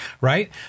right